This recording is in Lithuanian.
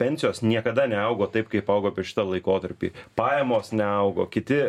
pensijos niekada neaugo taip kaip augo per šitą laikotarpį pajamos neaugo kiti